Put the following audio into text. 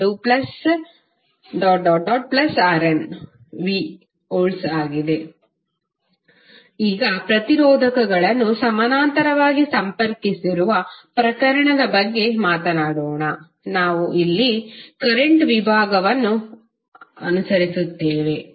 ನಂತರ vnRnR1R2Rnv ಈಗ ಪ್ರತಿರೋಧಕಗಳನ್ನು ಸಮಾನಾಂತರವಾಗಿ ಸಂಪರ್ಕಿಸಿರುವ ಪ್ರಕರಣದ ಬಗ್ಗೆ ಮಾತನಾಡೋಣ ಅಲ್ಲಿ ನಾವು ಕರೆಂಟ್ ವಿಭಾಗವನ್ನು ಅನುಸರಿಸುತ್ತೇವೆ ಎಂದು ಹೇಳುತ್ತೇವೆ